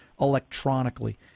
electronically